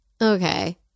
okay